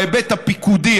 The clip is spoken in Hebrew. בהיבט הפיקודי,